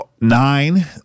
Nine